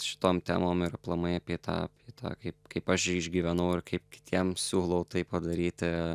šitom temom ir aplamai apie tą apie tą kaip kaip aš išgyvenau ir kaip kitiems siūlau tai padaryti